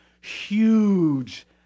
huge